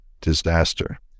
disaster